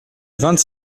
vingt